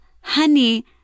honey